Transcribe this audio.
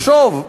לחשוב.